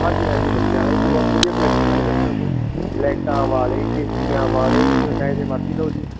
ਹਾਂਜੀ ਹਾਂਜੀ ਬੱਚਿਆਂ ਵਾਲੇ ਵੀ ਬਹੁਤ ਵਧੀਆ ਕੁਲੈਕਸ਼ਨ ਆ ਜੀ ਆਪਣੇ ਕੋਲ ਲਾਇਟਾਂ ਵਾਲੇ ਚਿਸ਼ਤੀਆਂ ਵਾਲੇ ਕਿਹੋ ਜਿਹੇ ਮਰਜ਼ੀ ਲਓ ਜੀ